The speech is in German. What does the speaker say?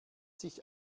sich